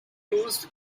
used